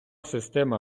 система